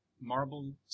marble